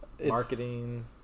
marketing